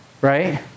right